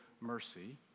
mercy